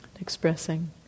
Expressing